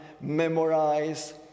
memorize